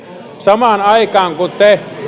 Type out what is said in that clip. samaan aikaan kun te